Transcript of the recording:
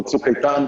כמו בצוק איתן,